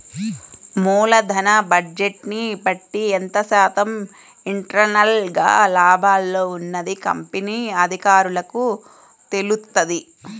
మూలధన బడ్జెట్ని బట్టి ఎంత శాతం ఇంటర్నల్ గా లాభాల్లో ఉన్నది కంపెనీ అధికారులకు తెలుత్తది